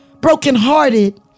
brokenhearted